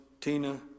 Tina